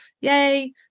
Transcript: Yay